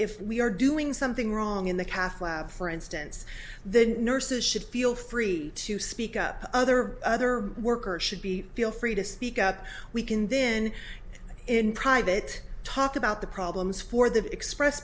we are doing something wrong in the catholic for instance the nurses should feel free to speak up other other workers should be feel free to speak up we can then in private talk about the problems for the express